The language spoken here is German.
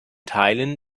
teilen